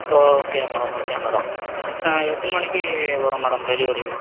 okay madam okay madam ஆ எட்டு மணிக்கு வரும் மேடம் டெலிவரி